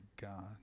God